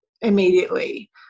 immediately